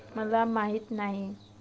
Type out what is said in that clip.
कृषीमित्र कर्जाची योजना काय असा?